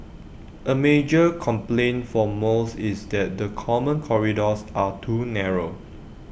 A major complaint for most is that the common corridors are too narrow